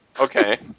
Okay